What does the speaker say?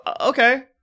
okay